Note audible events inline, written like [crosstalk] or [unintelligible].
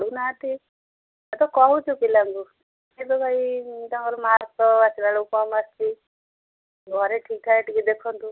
[unintelligible] ନାହାନ୍ତି ଆମେ ତ କହୁଛୁ ପିଲାଙ୍କୁ [unintelligible] ତାଙ୍କର ମାର୍କ ଆସିଲା ବେଳକୁ କମ୍ ଆସୁଛି ଘରେ ଠିକ୍ଠାକ୍ ଟିକେ ଦେଖନ୍ତୁ